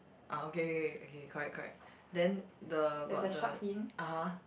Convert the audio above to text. ah okay okay okay correct correct then the got the (uh huh)